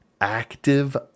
active